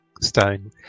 stone